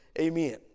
amen